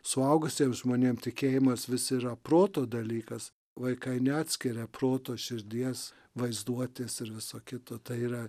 suaugusiems žmonėm tikėjimas vis yra proto dalykas vaikai neatskiria proto širdies vaizduotės ir viso kito tai yra